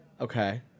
Okay